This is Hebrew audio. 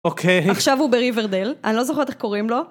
אוקיי. עכשיו הוא ב-riverdale, אני לא זוכרת איך קוראים לו.